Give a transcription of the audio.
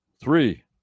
Three